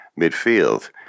midfield